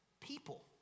people